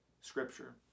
scripture